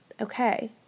Okay